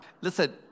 listen